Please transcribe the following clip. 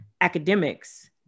academics